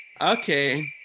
okay